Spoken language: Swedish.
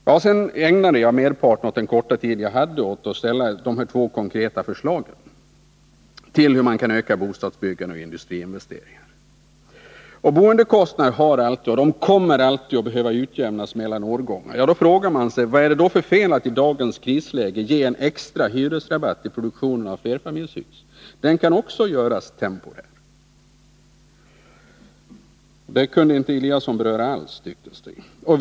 Jag ägnade merparten av den korta tid jag hade åt att framställa de två konkreta förslagen till hur man kan öka bostadsbyggande och industriinvesteringar. Boendekostnader har alltid behövt och kommer alltid att behöva utjämnas mellan årgångarna. Då frågar man sig: Vad är det för fel i att i dagens krisläge ge en extra hyresrabatt till produktionen av flerfamiljshus? Den kan också göras temporär. Ingemar Eliasson kunde tydligen inte alls beröra den frågan.